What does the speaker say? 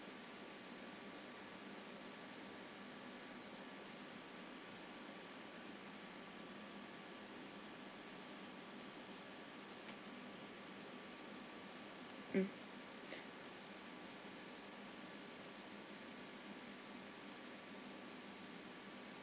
mm